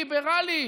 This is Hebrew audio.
ליברלים,